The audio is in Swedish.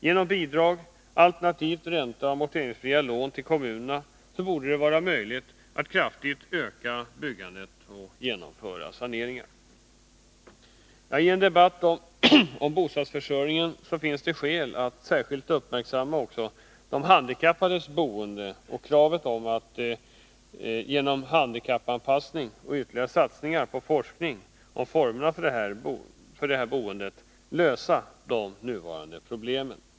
Genom bidrag, alternativt ränteoch amorteringsfria lån till kommunerna, borde det vara möjligt att kraftigt öka byggandet och genomföra saneringar. I en debatt om bostadsförsörjningen finns det skäl att särskilt uppmärksamma också de handikappades boende och kravet på att genom handikappanpassning och ytterligare satsningar på forskning om formerna för detta boende lösa de nuvarande problemen.